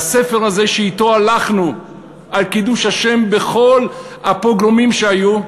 והספר הזה שאתו מסרנו את הנפש על קידוש השם בכל הפוגרומים שהיו,